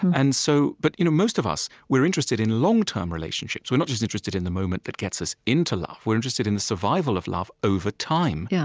um and so but you know most of us, we're interested in long-term relationships. we're not just interested in the moment that gets us into love we're interested in the survival of love over time yeah